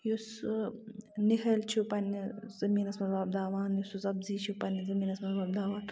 یُس نِہٲلۍ چھِ پنٕنہِ زٔمیٖنَس منٛز وۄپداوان یُس سُہ سَبزی چھِ زٔمیٖنَس منٛز وۄپداوان